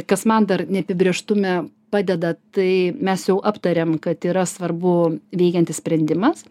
kas man dar neapibrėžtume padeda tai mes jau aptarėm kad yra svarbu veikiantis sprendimas